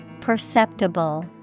Perceptible